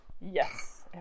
Yes